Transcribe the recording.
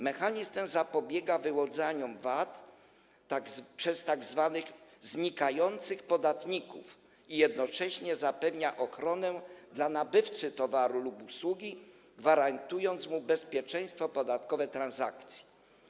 Mechanizm ten zapobiega wyłudzaniu VAT przez tzw. znikających podatników i jednocześnie zapewnia ochronę nabywcy towaru lub usługi, gwarantując mu bezpieczeństwo podatkowe transakcji.